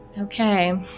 Okay